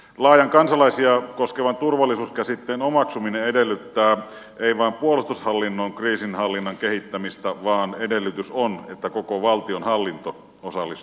laajan kansalaisia koskevan turvallisuuskäsitteen omaksuminen edellyttää ei vain puolustushallinnon kriisinhallinnan kehittämistä vaan edellytys on että koko valtionhallinto osallistuu työhön